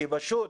כי פשוט